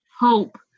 hope